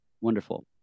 wonderful